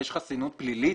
יש חסינות פלילית?